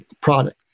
product